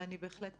אני בהחלט